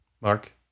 Mark